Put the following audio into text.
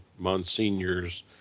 monsignors